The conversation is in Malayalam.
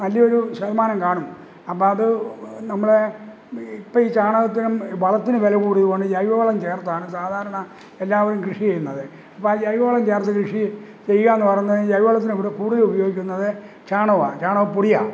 നല്ലയൊരു ശതമാനം കാണും അപ്പോള് അത് നമ്മള് ഇപ്പോള് ഈ ചാണകത്തിനും വളത്തിന് വിലകൂടിയതുകൊണ്ട് ജൈവവളം ചേർത്താണ് സാധാരണ എല്ലാവരും കൃഷി ചെയ്യുന്നത് അപ്പോള് ആ ജൈവവളം ചേർത്ത് കൃഷി ചെയ്യാമെന്ന് പറഞ്ഞാല് ജൈവവളത്തിനിവിടെ കൂടുതലുപയോഗിക്കുന്നത് ചാണകമാണ് ചാണകപ്പൊടിയാണ്